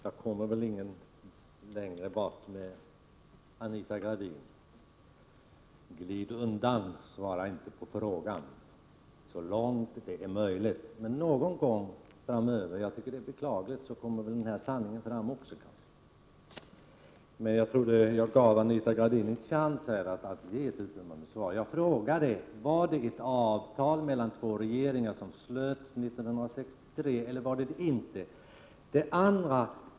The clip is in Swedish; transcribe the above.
Herr talman! Ja, vi kommer väl inte längre, Anita Gradin! Statsrådet glider undan och låter bli att svara på frågor så långt det är möjligt. Det är beklagligt. Men någon gång framöver kommer väl sanningen fram också i det här fallet. Jag gav Anita Gradin en chans att här ge ett uttömmande svar. Jag frågade nämligen: Var det ett avtal mellan två regeringar som slöts 1963 eller inte?